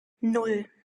nan